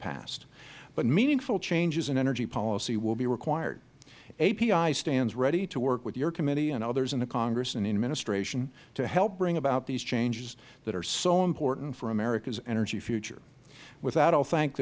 past but meaningful changes in energy policy will be required api stands ready to work with your committee and others in the congress and the administration to help bring about these changes that are so important for america's energy future with that i will thank